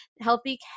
Healthy